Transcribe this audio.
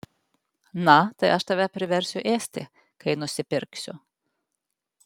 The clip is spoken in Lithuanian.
na tai aš tave priversiu ėsti kai nusipirksiu